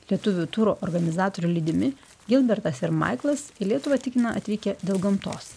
lietuvių turo organizatorių lydimi gilbertas ir maiklas į lietuvą tikina atvykę dėl gamtos